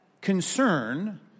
concern